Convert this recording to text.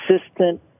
consistent